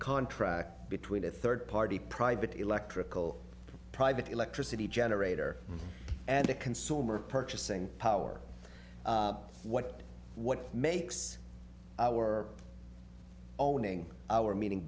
contract between a third party private electrical private electricity generator and a consumer purchasing power what what makes all winning our meeting